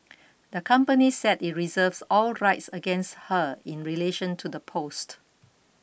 the company said it reserves all rights against her in relation to the post